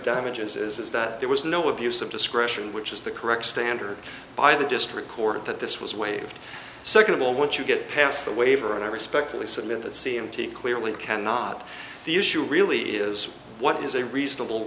damages is that there was no abuse of discretion which is the correct standard by the district court that this was waived second of all what you get past the waiver and i respectfully submit that c m t clearly cannot the issue really is what is a reasonable